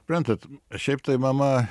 prantat šiaip tai mama